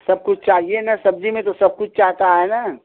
सब कुछ चाहिए ना सब्ज़ी में जो सब कुछ चाहता है ना